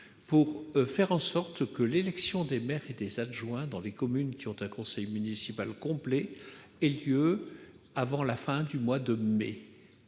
pour que l'élection des maires et des adjoints dans les communes ayant un conseil municipal complet ait lieu avant la fin du mois de mai.